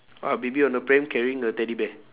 ah baby on the pram carrying a teddy bear